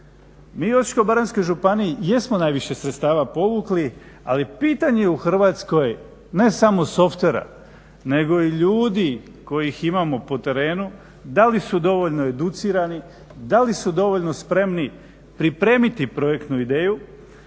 Mi u Osječko-baranjskoj županiji jesmo najviše sredstava povukli, ali pitanje je u Hrvatskoj ne samo softvera, nego i ljudi kojih imamo po terenu, da li su dovoljno educirani, da li su dovoljno spremni pripremiti projektnu ideju